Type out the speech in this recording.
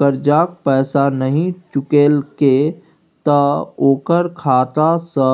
करजाक पैसा नहि चुकेलके त ओकर खाता सँ